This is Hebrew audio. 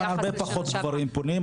כמובן שהרבה פחות גברים פונים.